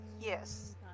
Yes